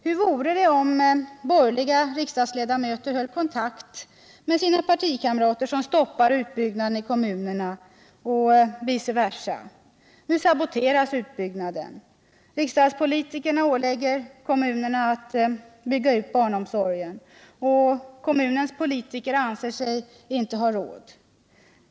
Hur vore det om borgerliga riksdagsledamöter höll kontakt med sina partikamrater, som stoppar utbyggnaden i kommunerna, och vice versa? Nu saboteras utbyggnaden. Rikspolitiker ålägger kommunerna att bygga ut barnomsorgen, men kommunens politiker anser sig inte ha råd.